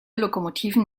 lokomotiven